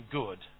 good